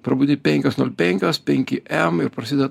prabudi penkios nol penkios penki m ir prasida